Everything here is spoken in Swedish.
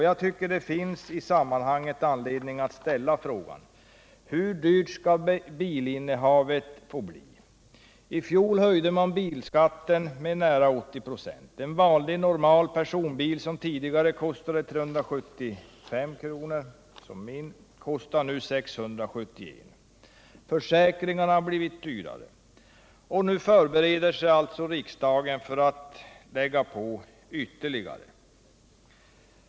Jag tycker att det i sammanhanget finns anledning att ställa frågan: Hur dyrt skall bilinnehavet få bli? I fjol höjdes bilskatten med närmare 80 96. En vanlig, normal personbil som tidigare kostade 375 kr., som min, kostar nu 671 kr. Försäkringarna har också blivit dyrare. Och nu förbereder sig alltså riksdagen för att lägga på ytterligare.